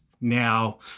now